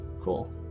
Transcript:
Cool